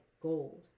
gold